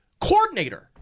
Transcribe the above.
coordinator